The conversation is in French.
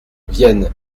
vienne